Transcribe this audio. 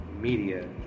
media